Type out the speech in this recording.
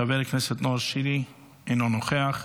חבר הכנסת נאור שירי, אינו נוכח,